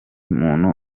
muntu